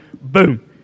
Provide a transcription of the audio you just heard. Boom